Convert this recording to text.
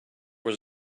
was